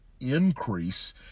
increase